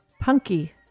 Punky